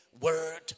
Word